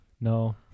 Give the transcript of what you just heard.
no